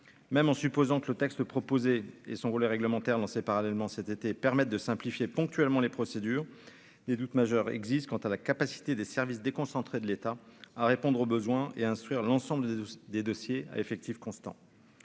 même en supposant que le texte proposé et son volet réglementaire lancé parallèlement cet été permettent de simplifier ponctuellement les procédures des doutes majeurs existent quant à la capacité des services déconcentrés de l'État à répondre aux besoins et instruire l'ensemble des dossiers à effectif constant,